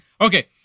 Okay